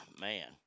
man